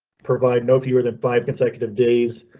provide no fewer than five consecutive days,